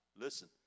listen